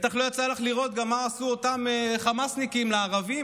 בטח לא יצא לך לראות גם מה עשו אותם חמאסניקים לערבים,